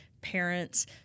parents